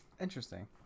Interesting